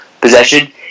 possession